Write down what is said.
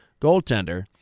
goaltender